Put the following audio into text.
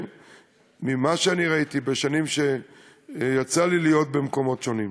ממה שראיתי בשנים שיצא לי להיות במקומות שונים,